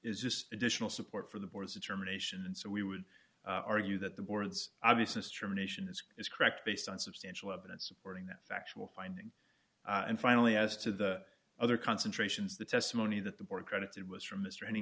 is just additional support for the board's determination and so we would argue that the board's obviousness termination is correct based on substantial evidence supporting that factual finding and finally as to the other concentrations the testimony that the board accredited was from this training